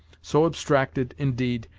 so abstracted, indeed,